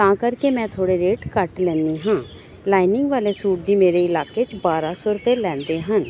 ਤਾਂ ਕਰਕੇ ਮੈਂ ਥੋੜ੍ਹੇ ਰੇਟ ਘੱਟ ਲੈਂਦੀ ਹਾਂ ਲਾਈਨਿੰਗ ਵਾਲੇ ਸੂਟ ਦੀ ਮੇਰੇ ਇਲਾਕੇ 'ਚ ਬਾਰ੍ਹਾਂ ਸੌ ਰੁਪਏ ਲੈਂਦੇ ਹਨ